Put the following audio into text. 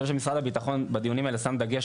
אני חושב שמשרד הביטחון בדיונים האלה שם דגש